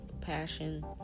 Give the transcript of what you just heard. passion